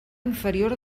inferior